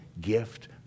gift